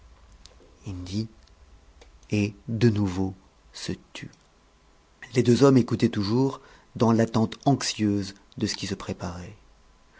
il dit et de nouveau se tut les deux hommes écoutaient toujours dans l'attente anxieuse de ce qui se préparait